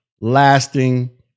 lasting